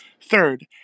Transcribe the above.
Third